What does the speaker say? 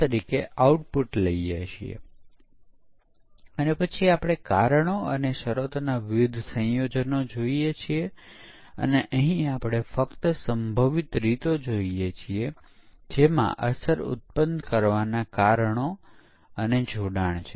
scripting આધારિત સાધનો ફરીથી વાપરી શકાય તેવા પરીક્ષણનાં કેસો છે શરૂઆતમાં તે સ્ક્રિપ્ટો લખવામાં વધુ સમય લે છે અને પછી તે ફરીથી વાપરી શકાય તેવા પરીક્ષણનાં કેસો બનાવે છે